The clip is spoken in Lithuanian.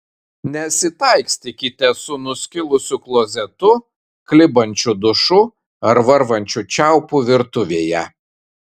nesitaikstykite su nuskilusiu klozetu klibančiu dušu ar varvančiu čiaupu virtuvėje